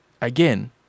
Again